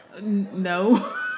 no